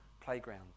playground